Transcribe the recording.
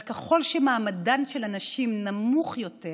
אבל ככל שמעמדן של הנשים נמוך יותר